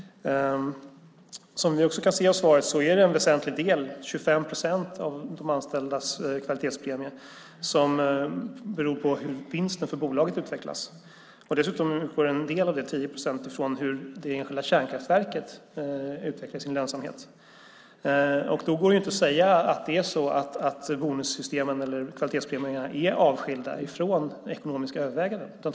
Som vi kan se i svaret är det en väsentlig del, 25 procent, av de anställdas kvalitetspremier som beror på hur vinsten för bolaget utvecklas, och dessutom utgår en del av det, 10 procent, från hur det enskilda kärnkraftverket utvecklar sin lönsamhet. Då går det inte att säga att bonussystemen eller kvalitetspremierna är avskilda från ekonomiska överväganden.